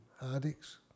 addicts